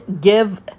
give